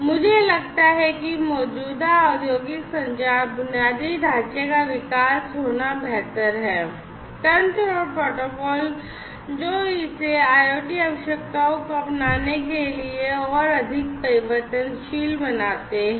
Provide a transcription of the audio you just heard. मुझे लगता है कि मौजूदा औद्योगिक संचार बुनियादी ढांचे का विकास होना बेहतर है तंत्र और प्रोटोकॉल जो इसे IoT आवश्यकताओं को अपनाने के लिए और अधिक परिवर्तनशील बनाते हैं